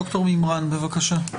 ד"ר מימרן, בבקשה.